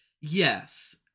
Yes